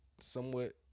somewhat